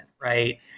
Right